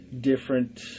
different